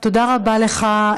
תודה רבה לך,